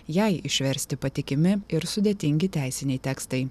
jai išversti patikimi ir sudėtingi teisiniai tekstai